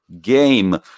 Game